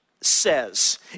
says